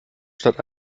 statt